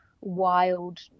wild